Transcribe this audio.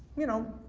you know,